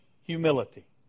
humility